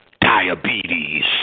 diabetes